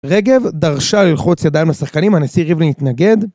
רגב דרשה ללחוץ ידיים לשחקנים, הנשיא רבלין התנגד